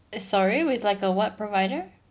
sorry with like a what provider